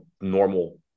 normal